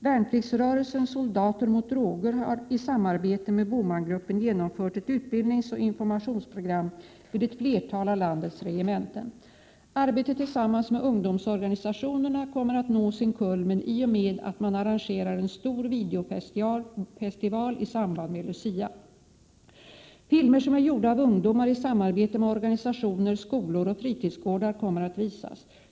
Värnpliktsrörelsen Soldater mot droger har i samarbete med BOMAN-gruppen genomfört ett utbildningsoch informationsprogram vid ett flertal av landets regementen. Arbetet tillsammans med ungdomsorganisationerna kommer att nå sin kulmen i och med att man arrangerar en stor videofestival i samband med Lucia. Filmer som är gjorda av ungdomar i samarbete med organisationer, skolor eller fritidsgårdar kommer att visas.